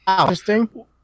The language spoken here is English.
interesting